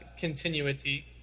continuity